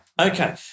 okay